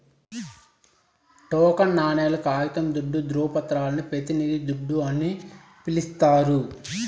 token నాణేలు, కాగితం దుడ్డు, దృవపత్రాలని పెతినిది దుడ్డు అని పిలిస్తారు